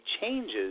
changes